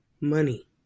money